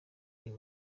uyu